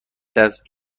دست